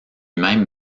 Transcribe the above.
même